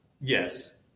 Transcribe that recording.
yes